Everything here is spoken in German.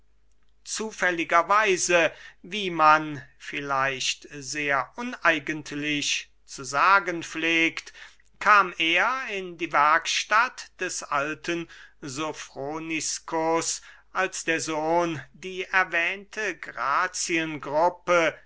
zufälliger weise wie man vielleicht sehr uneigentlich zu sagen pflegt kam er in die werkstatt des alten sofroniskus als der sohn die erwähnte graziengruppe